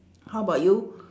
how about you